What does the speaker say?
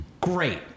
Great